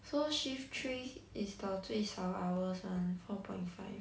so shift three is the 最少 hours one four point five